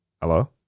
Hello